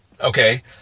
Okay